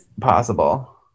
possible